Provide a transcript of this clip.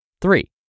Three